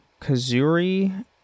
Kazuri